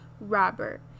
Robert